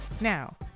Now